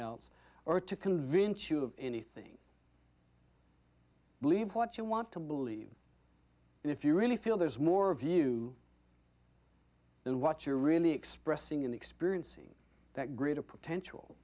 else or to convince you of anything believe what you want to believe and if you really feel there's more of you than what you're really expressing and experiencing that greater potential